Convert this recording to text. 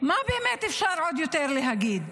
מה באמת אפשר עוד יותר להגיד?